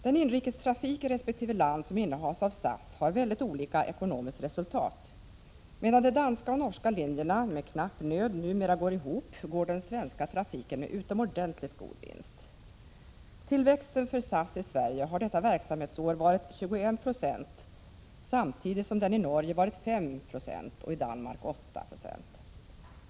Den inrikestrafik i resp. land som SAS har, har väldigt olika ekonomiskt resultat. Medan de danska och norska linjerna med knapp nöd numera går ihop, går den svenska trafiken med utomordentligt god vinst. Tillväxten för SAS i Sverige har detta verksamhetsår varit 21 96, samtidigt som den i Norge varit 5 20 och i Danmark 8 96.